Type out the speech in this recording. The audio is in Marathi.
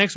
एक्स